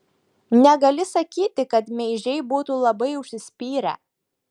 negali sakyti kad meižiai būtų labai užsispyrę